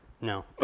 No